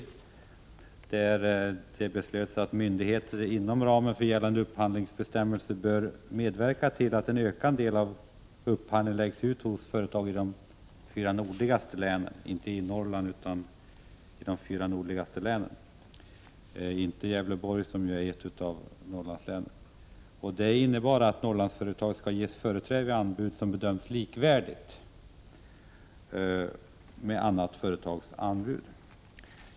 Då beslöts att myndigheter inom ramen för gällande upphandlingsbestämmelser bör medverka till att en ökad del av upphandlingen läggs ut hos företag i de fyra nordligaste länen. Man avsåg alltså inte hela Norrland, utan endast de fyra nordligaste länen. Gävleborgs län ligger i Norrland men hör inte till de fyra nordligaste länen. Beslutet innebär att företag i de fyra nordligaste länen skall ges företräde då anbud bedöms vara likvärdiga. Fru talman!